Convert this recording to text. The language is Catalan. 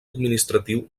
administratiu